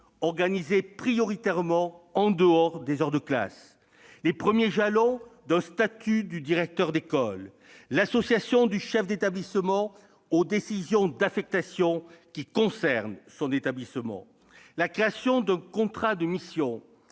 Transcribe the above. organisée prioritairement en dehors des heures de classe ; les premiers jalons d'un statut du directeur d'école ; l'association du chef d'établissement aux décisions d'affectation qui concernent son établissement, mais également la création d'un contrat de mission